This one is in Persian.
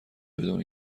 بدون